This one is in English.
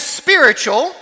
spiritual